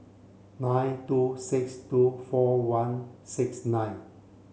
nine two six two four one six nine